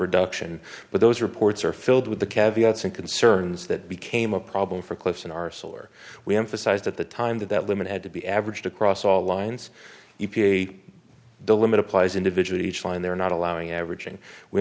reduction but those reports are filled with the caveat some concerns that became a problem for close in our solar we emphasized at the time that women had to be averaged across all lines e p a the limit applies individually each line they're not allowing averaging we